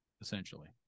essentially